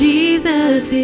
Jesus